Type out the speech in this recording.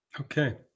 Okay